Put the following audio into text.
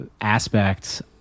aspects